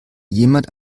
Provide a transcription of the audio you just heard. jemand